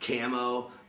camo